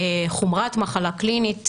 חומרת מחלה קלינית,